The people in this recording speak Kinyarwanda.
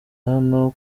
hano